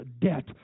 debt